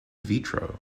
vitro